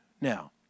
Now